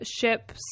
ship's